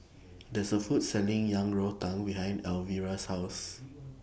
There's A Food Selling Yang Rou Tang behind Alvira's House